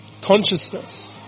Consciousness